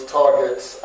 targets